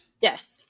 Yes